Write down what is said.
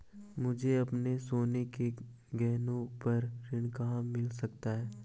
मुझे अपने सोने के गहनों पर ऋण कहाँ मिल सकता है?